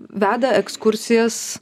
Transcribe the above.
veda ekskursijas